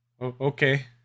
Okay